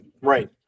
Right